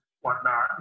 whatnot